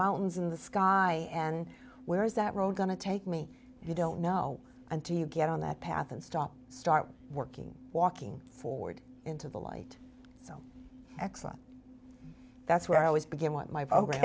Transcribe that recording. mountains in the sky and where is that road going to take me you don't know until you get on that path and stop start working walking forward into the light so excellent that's where i always begin want my